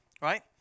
right